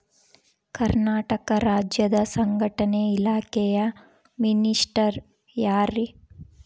ಕರ್ನಾಟಕ ರಾಜ್ಯದ ಸಂಘಟನೆ ಇಲಾಖೆಯ ಮಿನಿಸ್ಟರ್ ಯಾರ್ರಿ?